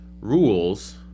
rules